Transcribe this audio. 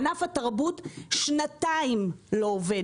ענף התרבות לא עובד